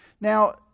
Now